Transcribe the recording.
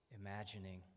imagining